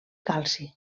calci